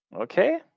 Okay